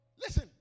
Listen